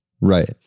Right